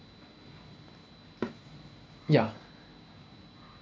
ya